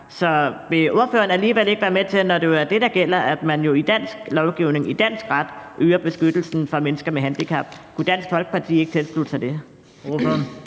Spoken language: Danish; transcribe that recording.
jo er det, der gælder, altså at man i dansk lovgivning, i dansk ret, øger beskyttelsen for mennesker med handicap? Kunne Dansk Folkeparti ikke tilslutte sig det?